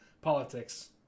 politics